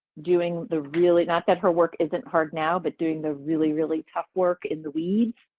doing the really not that her work isn't hard now but doing the really, really tough work in the weeds